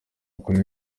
korea